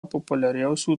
populiariausių